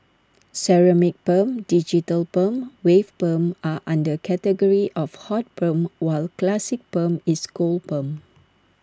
ceramic perm digital perm wave perm are under category of hot perm while classic perm is cold perm